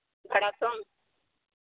ᱵᱷᱟᱲᱟ ᱥᱚᱝ